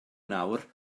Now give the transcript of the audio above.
nawr